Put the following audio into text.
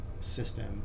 system